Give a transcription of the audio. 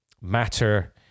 Matter